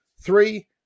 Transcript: three